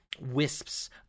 wisps